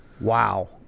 Wow